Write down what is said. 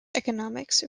economics